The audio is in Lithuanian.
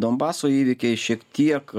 donbaso įvykiai šiek tiek